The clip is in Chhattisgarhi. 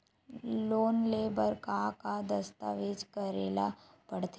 लोन ले बर का का दस्तावेज करेला पड़थे?